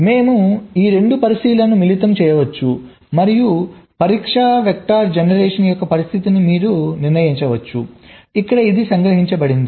మేము ఈ 2 పరిశీలనలను మిళితం చేయవచ్చు మరియు పరీక్ష వెక్టర్స్ జనరేషన్ యొక్క పరిస్థితిని మీరు నిర్ణయించవచ్చు ఇక్కడ ఇది సంగ్రహించబడింది